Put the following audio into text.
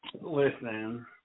Listen